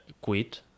quit